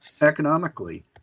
economically